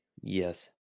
Yes